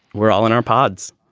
we're all in our pods.